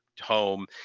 home